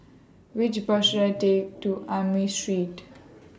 Which Bus should I Take to Amoy Street